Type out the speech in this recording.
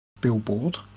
billboard